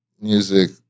music